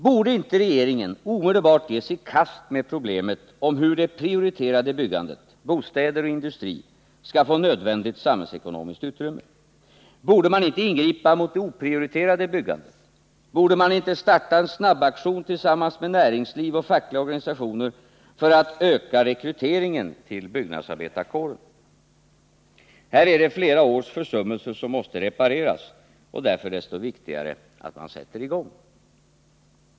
Borde inte regeringen omedelbart ge sig i kast med problemet om hur det prioriterade byggandet — bostäder och industri — skall få nödvändigt samhällsekonomiskt utrymme? Borde man inte ingripa mot det oprioriterade byggandet? Borde man inte starta en snabbaktion tillsammans med näringsliv och fackliga organisationer för att öka rekryteringen till byggnadsarbetarkåren? Här är det flera års försummelser som måste repareras och därför desto viktigare att man sätter i gång.